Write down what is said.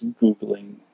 Googling